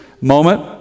moment